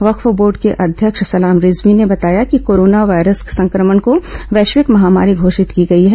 वक्फ board के अध्यक्ष सलाम रिजवी ने बताया कि कोरोना वायरस संक्रमण को वैश्विक महामारी घोषित की गई है